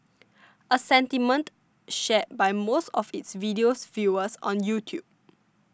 a sentiment shared by most of its video's viewers on YouTube